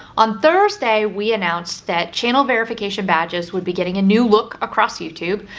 on thursday, we announced that channel verification badges would be getting a new look across youtube.